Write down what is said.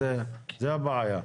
זו הבעיה.